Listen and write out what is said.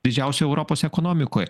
didžiausioj europos ekonomikoj